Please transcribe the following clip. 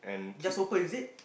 just open is it